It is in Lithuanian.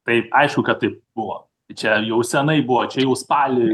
taip aišku kad tai buvo čia jau senai buvo čia jau spalį